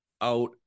out